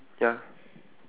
ya correct